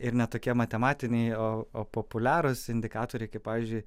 ir ne tokie matematiniai o o populiarūs indikatoriai kaip pavyzdžiui